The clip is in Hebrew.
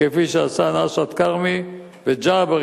כפי שעשו נשאת כרמי וג'עברי,